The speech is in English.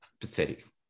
pathetic